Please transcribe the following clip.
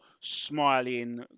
smiling